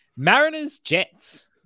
Mariners-Jets